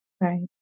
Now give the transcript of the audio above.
Right